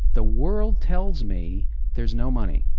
the world tells me there is no money.